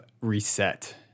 reset